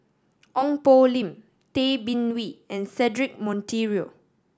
Ong Poh Lim Tay Bin Wee and Cedric Monteiro